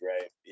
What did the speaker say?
right